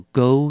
go